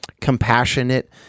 compassionate